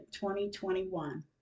2021